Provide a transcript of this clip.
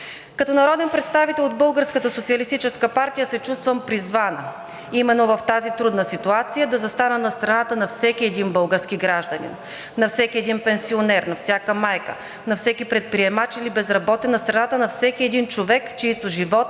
социалистическа партия“ се чувствам призвана именно в тази трудна ситуация да застана на страната на всеки един български гражданин, на всеки един пенсионер, на всяка майка, на всеки предприемач или безработен, на страната на всеки един човек, чийто живот